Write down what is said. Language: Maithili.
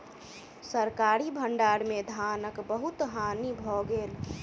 सरकारी भण्डार में धानक बहुत हानि भ गेल